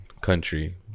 country